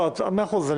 מאה אחוז.